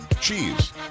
Cheese